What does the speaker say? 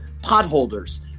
potholders